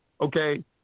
Okay